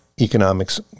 economics